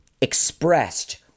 expressed